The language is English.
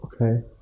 Okay